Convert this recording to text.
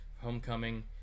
homecoming